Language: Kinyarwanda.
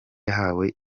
yahawe